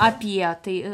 apie tai